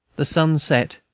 the sun set,